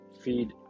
feed